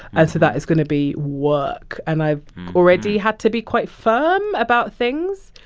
and so that is going to be work. and i've already had to be quite firm about things.